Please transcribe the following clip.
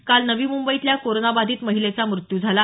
काल नवी मुंबईतल्या कोरोनाबाधित महिलेचा मृत्यू झाला